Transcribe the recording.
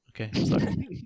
Okay